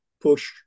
push